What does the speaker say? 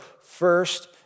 first